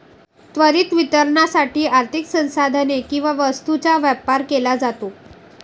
त्वरित वितरणासाठी आर्थिक संसाधने किंवा वस्तूंचा व्यापार केला जातो